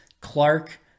Clark